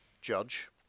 judge